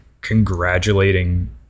congratulating